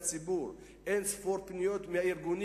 גם מהציבור וגם מהארגונים,